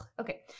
okay